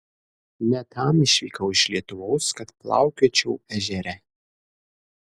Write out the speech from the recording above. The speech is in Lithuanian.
ne tam išvykau iš lietuvos kad plaukiočiau ežere